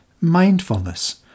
mindfulness